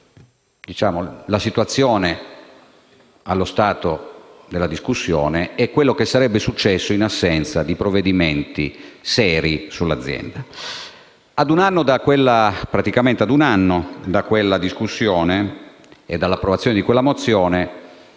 la situazione allo stato della discussione e quello che sarebbe successo in assenza di provvedimenti seri sull'azienda. Ad un anno da quella discussione e dall'approvazione di quell'ordine